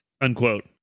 unquote